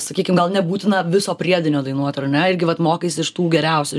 sakykim gal nebūtina viso priedainio dainuot ar ne irgi vat mokaisi iš tų geriausių